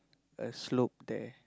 a slope there